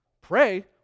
pray